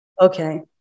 Okay